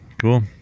Cool